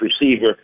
receiver